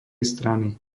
strany